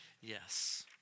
Yes